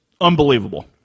unbelievable